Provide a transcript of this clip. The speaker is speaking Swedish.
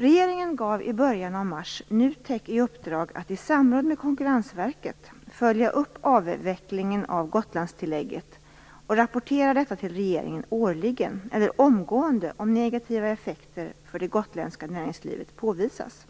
Regeringen gav i början av mars NUTEK i uppdrag att i samråd med Konkurrensverket följa upp avvecklingen av Gotlandstillägget och rapportera detta till regeringen årligen, eller omgående om negativa effekter för det gotländska näringslivet påvisas.